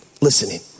listening